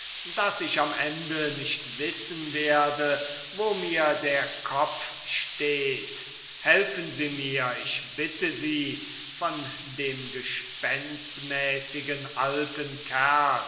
daß ich am ende nicht wissen werde wo mir der kopfsteht helfen sie mir ich bitte sie von dem gespenstmäßigen alten kerl